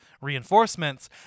reinforcements